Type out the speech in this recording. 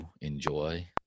enjoy